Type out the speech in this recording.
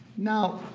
now,